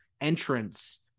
entrance